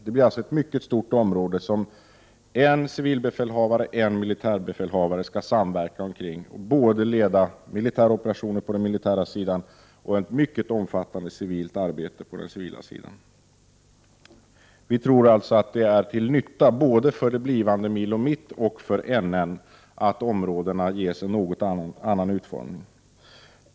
Det blir alltså ett mycket stort område som en civilbefälhavare och en militärbefälhavare skall samverka omkring. De skall leda både militära operationer på den militära sidan och ett mycket omfattande civilt arbete på den civila sidan. Vi tror alltså att det är till nytta både för det blivande Milo Mitt och för Nedre Norrland att områdena ges en något annan utformning.